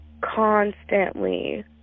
constantly